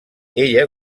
ella